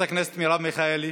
חברת הכנסת מרב מיכאלי?